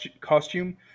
costume